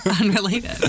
Unrelated